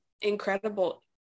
incredible